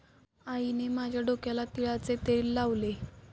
आईने माझ्या डोक्याला तिळाचे तेल लावले